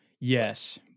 Yes